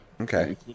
Okay